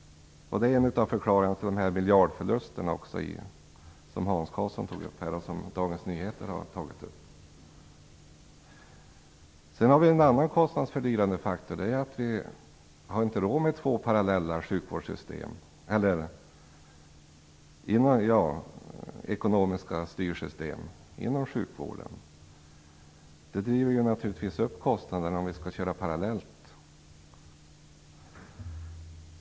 Det är en av förklaringarna till de miljardförluster som Hans Karlsson tog upp och som Dagens Nyheter redovisar. Sedan har vi en annan kostnadsfördyrande faktor. Det är att vi inte har råd med två ekonomiska styrsystem inom sjukvården. Det driver naturligtvis upp kostnaderna om vi skall köra parallellt.